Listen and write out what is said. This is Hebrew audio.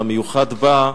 והמיוחד בה,